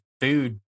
food